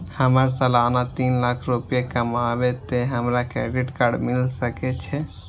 हमर सालाना तीन लाख रुपए कमाबे ते हमरा क्रेडिट कार्ड मिल सके छे?